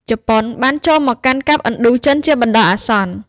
ជប៉ុនបានចូលមកកាន់កាប់ឥណ្ឌូចិនជាបណ្ដោះអាសន្ន។